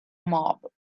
mob